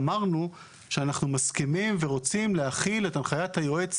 אמרנו שאנחנו מסכימים ורוצים להחיל את הנחיית היועץ